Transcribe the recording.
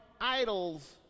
idols